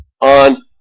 on